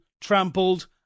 trampled